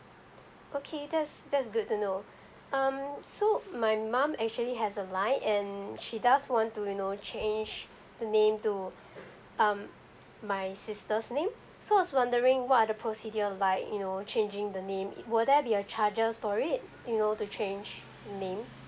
okay that's that's good to know um so my mum actually has a line and she does want to you know change the name to um my sister's name so I was wondering what the procedure like you know changing the name err will there be a charges for it you know to change the name